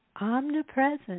omnipresent